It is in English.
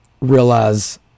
realize